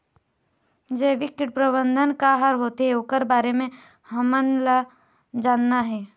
जैविक कीट प्रबंधन का हर होथे ओकर बारे मे हमन ला जानना हे?